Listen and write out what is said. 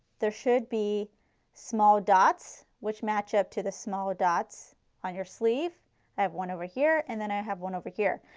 there should be small dots which match up to the small dots on your sleeve. i have one over here and then i have one over here.